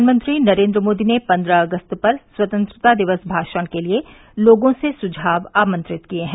प्रधानमंत्री नरेन्द्र मोदी ने पन्द्रह अगस्त पर स्वतंत्रता दिवस भाषण के लिए लोगों से सुझाव आमंत्रित किए हैं